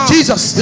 Jesus